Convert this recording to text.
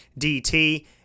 DT